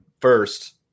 first